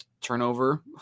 turnover